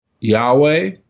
Yahweh